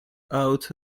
out